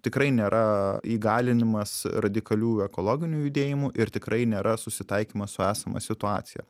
tikrai nėra įgalinimas radikalių ekologinių judėjimų ir tikrai nėra susitaikymas su esama situacija